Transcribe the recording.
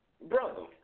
Brother